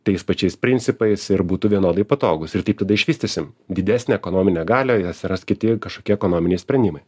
tais pačiais principais ir būtų vienodai patogūs ir taip tada išvystysim didesnę ekonominę galią ir atsiras kiti kažkokie ekonominiai sprendimai